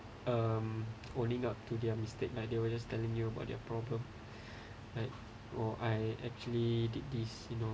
um only not to their mistake like they will just telling you about their problem like oh I actually did this you know